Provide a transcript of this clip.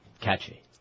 catchy